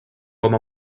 com